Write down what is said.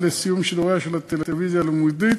לסיום שידוריה של הטלוויזיה הלימודית,